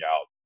out